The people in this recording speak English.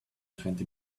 twenty